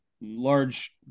large